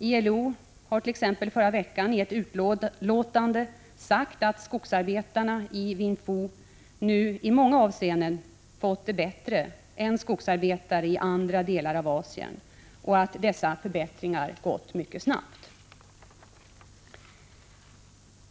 ILO har t.ex. i förra veckan i ett utlåtande sagt att skogsarbetarna i Vien Phu nu i många avseenden fått det bättre än skogsarbetare i andra delar av Asien samt att dessa förbättringar kommit till stånd mycket snabbt.